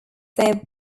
their